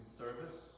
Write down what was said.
service